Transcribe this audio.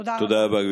תודה רבה.